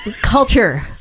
Culture